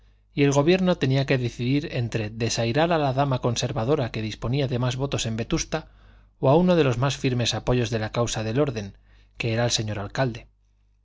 y el gobierno tenía que decidir entre desairar a la dama conservadora que disponía de más votos en vetusta o a uno de los más firmes apoyos de la causa del orden que era el señor alcalde